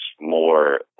more